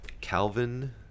Calvin